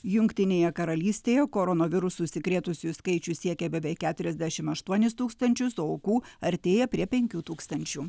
jungtinėje karalystėje koronavirusu užsikrėtusiųjų skaičius siekia beveik keturiasdešim aštuonis tūkstančius o aukų artėja prie penkių tūkstančių